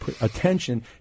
attention